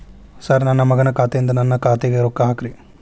sir ನನ್ನ ಮಗನ ಖಾತೆ ಯಿಂದ ನನ್ನ ಖಾತೆಗ ರೊಕ್ಕಾ ಹಾಕ್ರಿ